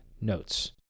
notes